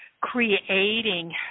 creating